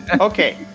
Okay